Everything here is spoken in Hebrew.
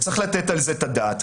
צריך לתת על זה את הדעת.